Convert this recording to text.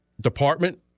department